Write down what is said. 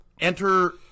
enter